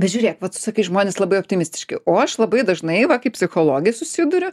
bet žiūrėk va tokie žmonės labai optimistiški o aš labai dažnai va kaip psichologė susiduriu